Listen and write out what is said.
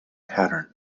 pattern